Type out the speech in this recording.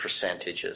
percentages